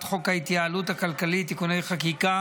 חוק ההתייעלות הכלכלית (תיקוני חקיקה